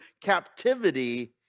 captivity